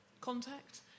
contact